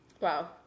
Wow